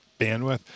bandwidth